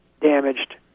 damaged